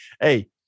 Hey